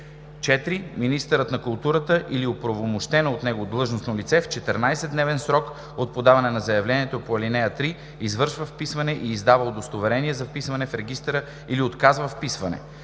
(4) Министърът на културата или оправомощено от него длъжностно лице в 14-дневен срок от подаване на заявлението по ал. 3 извършва вписване и издава удостоверение за вписване в регистъра или отказва вписване.